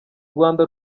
rwanda